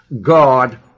God